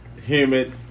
humid